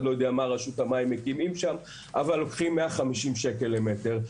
לא יודע מה רשות המים מקימה שם אבל לוקחים 150 שקלים למטר.